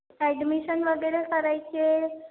admission वगैरे करायची आहे